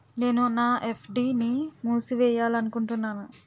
నేను నా ఎఫ్.డి ని మూసివేయాలనుకుంటున్నాను